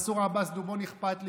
מנסור עבאס דובון אכפת לי.